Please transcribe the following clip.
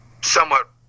somewhat